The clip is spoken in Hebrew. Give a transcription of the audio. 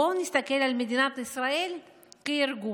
בואו ונסתכל על מדינת ישראל כארגון,